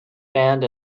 band